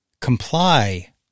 Comply